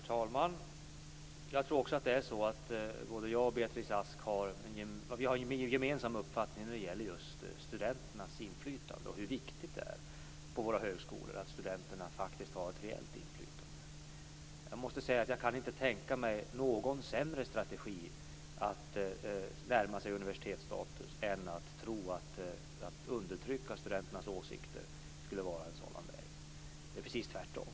Herr talman! Jag tror att Beatrice Ask och jag har en gemensam uppfattning just om hur viktigt det är att studenterna på våra högskolor har att reellt inflytande. Jag måste säga att jag inte kan tänka mig någon sämre strategi att närma sig universitetsstatus än att tro att en sådan väg skulle vara att undertrycka studenternas åsikter. Det är precis tvärtom.